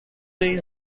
این